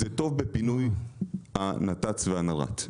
זה טוב בפינוי הנת"צ והנר"ת.